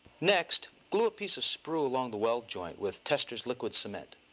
next, glue a piece of sprue along the weld joint with testor's liquid cement.